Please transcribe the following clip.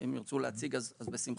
שאם הם ירצו להציג אז בשמחה,